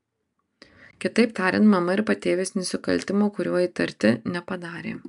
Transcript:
kitaip tariant mama ir patėvis nusikaltimo kuriuo įtarti nepadarė